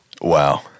Wow